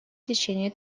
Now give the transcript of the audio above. течение